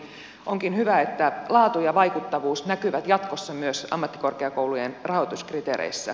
siksi onkin hyvä että laatu ja vaikuttavuus näkyvät jatkossa myös ammattikorkeakoulujen rahoituskriteereissä